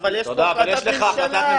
אבל יש פה החלטת ממשלה,